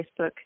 Facebook